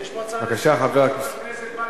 מס' 6025. יש פה הצעה לחבר הכנסת מקלב.